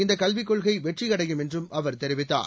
இந்த கல்விக் கொள்கை வெற்றியடையும் என்றும் அவர் தெரிவித்தார்